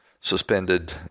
suspended